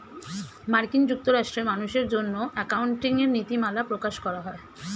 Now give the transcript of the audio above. মার্কিন যুক্তরাষ্ট্রে মানুষের জন্য অ্যাকাউন্টিং এর নীতিমালা প্রকাশ করা হয়